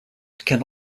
can